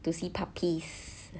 to see puppies